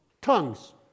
tongues